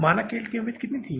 मानक यील्ड की उम्मीद कितनी थी